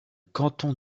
canton